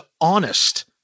honest